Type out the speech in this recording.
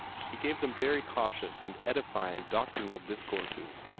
he gave them very cautious and edifying doctrinal discourses,